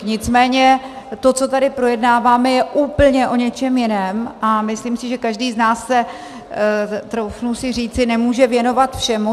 Nicméně to, co tady projednáváme, je úplně o něčem jiném a myslím si, že každý z nás, troufnu si říci, se nemůže věnovat všemu.